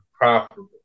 profitable